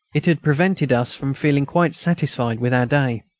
it had prevented us from feeling quite satisfied with our day.